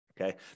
Okay